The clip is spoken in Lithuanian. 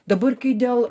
dabar kai dėl